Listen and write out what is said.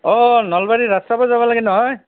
অ' নলবাৰীৰ ৰাস চাব যাব লাগে নহয়